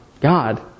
God